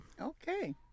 okay